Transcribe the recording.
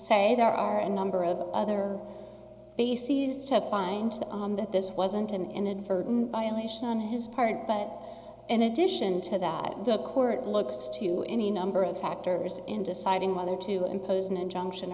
say there are a number of other bases to bind on that this wasn't an inadvertent violation on his part but in addition to that the court looks to any number of factors in deciding whether to impose an injunction